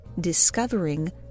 discovering